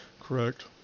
Correct